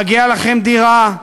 מגיעה לכם דירה,